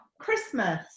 Christmas